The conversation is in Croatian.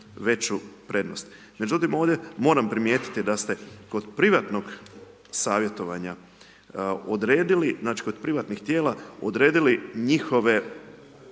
veću prednost. Međutim ovdje moram primijetiti da ste kod privatnog savjetovanja odredili, znači kod privatnih tijela, odredili njihove,